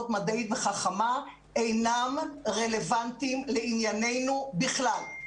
מדעית וחכמה אינם רלוונטיים לענייננו בכלל.